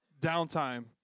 downtime